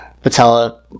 patella